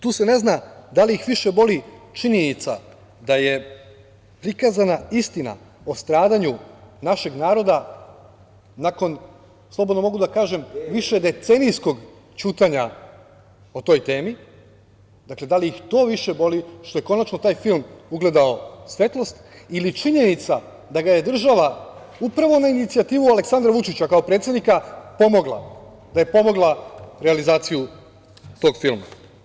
Tu se ne zna da li ih više boli činjenica da je prikazana istina o stradanju našeg naroda nakon, slobodno mogu da kažem, višedecenijskog ćutanja o toj temi, dakle, da li ih to više boli, što je konačno taj film ugledao svetlost, ili činjenica da ga je država upravo na inicijativu Aleksandra Vučića kao predsednika pomogla, da je pomogla realizaciju tog filma?